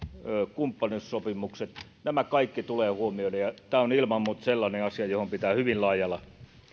kumppanuussopimukset nämä kaikki tulee huomioida ja tämä on ilman muuta sellainen asia johon pitää hyvin laajalla